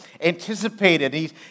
anticipated